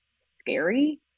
scary